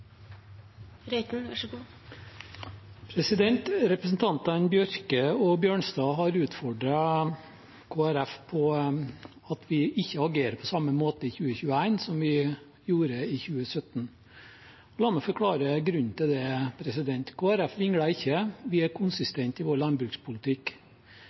Bjørke og Bjørnstad har utfordret Kristelig Folkeparti på at vi ikke agerer på samme måte i 2021 som vi gjorde i 2017. Hva er grunnen til det? Kristelig Folkeparti vingler ikke. Vi er